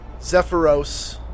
Zephyros